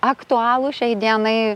aktualų šiai dienai